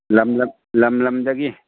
ꯂꯝ ꯂꯝꯗꯒꯤ